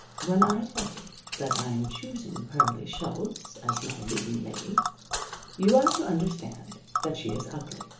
when i tell you that i am choosing pearlie schultz as my leading lady you are to understand that she is ugly,